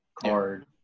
card